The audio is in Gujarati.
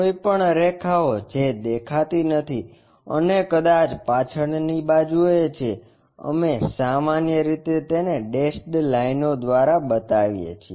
કોઈપણ રેખાઓ જે દેખાતી નથી અને કદાચ પાછળની બાજુએ છે અમે સામાન્ય રીતે તેને ડેશેડ લાઇનો દ્વારા બતાવીએ છીએ